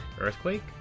Earthquake